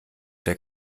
der